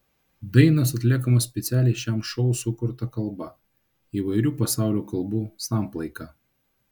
dainos atliekamos specialiai šiam šou sukurta kalba įvairių pasaulio kalbų samplaika